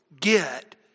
get